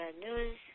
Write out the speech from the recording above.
news